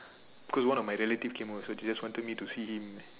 cause one of my relative came over so they just wanted me to see him